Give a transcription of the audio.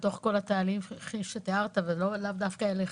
בתוך כל התהליך שתיארת ולאו דווקא אליך,